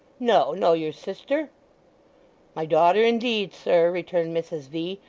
no, no. your sister my daughter, indeed, sir returned mrs v,